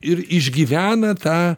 ir išgyvena tą